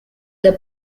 que